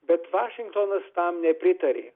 bet vašingtonas tam nepritarė